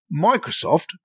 microsoft